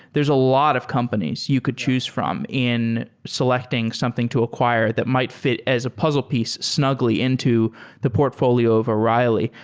a lot of companies you could choose from in selecting something to acquire that might fit as a puzzle piece snugly into the portfolio of o'reilly.